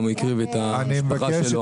הוא גם הקריב את המשפחה שלו.